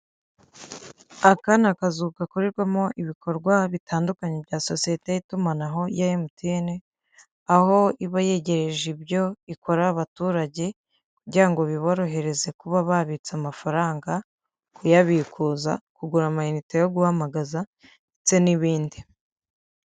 Aka ni kazu gakorerwamo ibikorwa bitandukanye bya sosiye y'itumanaho ya MTN, aho iba yegereje ibyo ikora abaturage kugira ngo biborohereze kuba babitse amafaranga, kuyabikuza, kugura amarinite yo guhamagaza ndetse n'ibindi.